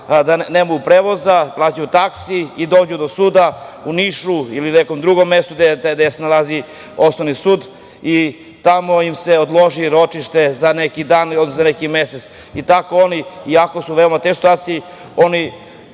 nemaju prevoz, plaćaju taksi, i dođu do suda u Niš, ili neko drugo mesto, gde se nalazi osnovni sud i tamo ima se odloži ročište za neki dan, odnosno neki mesec. Tako oni, i ako su u veoma teškoj situaciji, oni